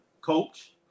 coach